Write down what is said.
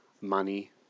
money